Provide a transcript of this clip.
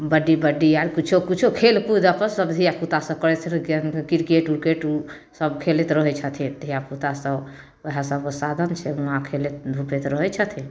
बड्डी बड्डी आर किछो किछो खेल कूद अपन सब धिया पूता सब करै छथिन गेन्द क्रिकेट उर्केट ओ सब खेलै रहै छथिन धिया पूता सब वएह सबके साधन छै वहाँ खेलैत धूपैत रहै छथिन